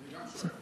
גם אני שואל.